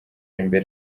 imbere